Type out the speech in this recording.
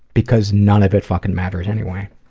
because none of it fucking matters anyway.